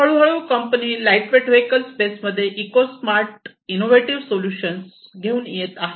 हळूहळू company lightweight vehicle स्पेसमध्ये eco smart innovative solution घेऊन येत आहेत